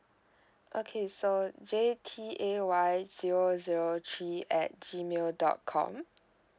okay so J T A Y zero zero three at G mail dot com